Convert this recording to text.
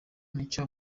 nicyo